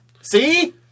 See